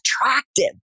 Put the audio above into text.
attractive